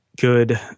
good